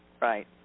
Right